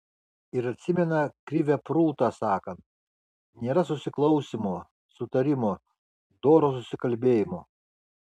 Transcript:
ir atsimena krivę prūtą sakant nėra susiklausymo sutarimo doro susikalbėjimo